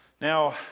Now